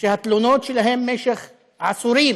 והתלונות שלהם במשך עשורים